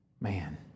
Man